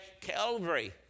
Calvary